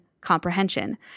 comprehension